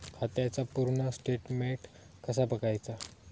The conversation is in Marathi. खात्याचा पूर्ण स्टेटमेट कसा बगायचा?